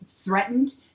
threatened